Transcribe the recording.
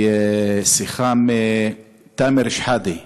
שיחה מתאמר שחאדה,